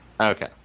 okay